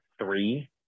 three